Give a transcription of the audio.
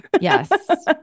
Yes